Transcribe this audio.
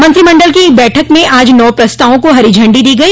मंत्रिमंडल की बैठक में आज नौ प्रस्तावों को हरी झंडी दी गई